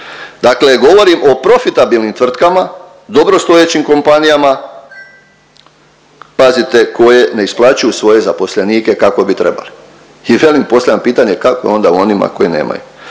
Dakle, govorim o profitabilnim tvrtkama, dobrostojećim kompanijama pazite koje ne isplaćuju svoje zaposlenike kako bi trebali. I velim, postavljam pitanje kako je onda u onima koje nemaju.